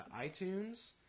iTunes